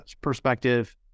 perspective